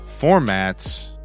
formats